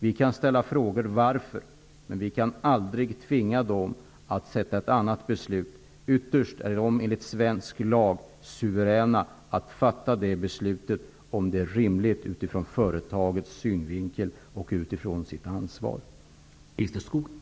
Vi kan fråga varför, men vi kan aldrig tvinga dem att fatta ett annat beslut. Ytterst är ledningen enligt svensk lag suverän när det gäller att fatta beslut om huruvida en nedläggning är rimlig utifrån företagets synvinkel och utifrån det ansvar företaget har.